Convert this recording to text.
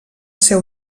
ser